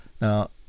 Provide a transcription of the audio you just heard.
Now